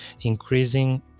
increasing